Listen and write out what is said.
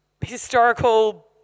historical